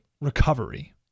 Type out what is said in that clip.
recovery